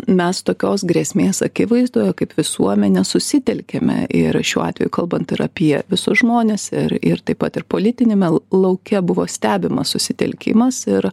mes tokios grėsmės akivaizdoje kaip visuomenė susitelkiame ir šiuo atveju kalbant ir apie visus žmones ir ir taip pat ir politiniame lauke buvo stebimas susitelkimas ir